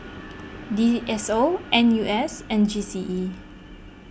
D S O N U S and G C E